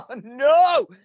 No